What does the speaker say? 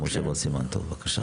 משה בר סימן טוב, בבקשה.